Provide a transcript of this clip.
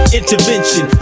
intervention